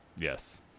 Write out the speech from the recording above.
Yes